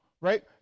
right